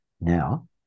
now